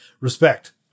respect